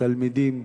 תלמידים,